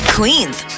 Queen's